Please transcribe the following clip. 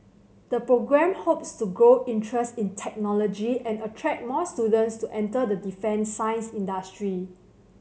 the programme hopes to grow interest in technology and attract more students to enter the defence science industry